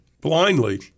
Blindly